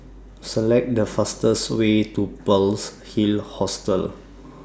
Select The fastest Way to Pearl's Hill Hostel